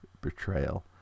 betrayal